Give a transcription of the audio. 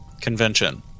convention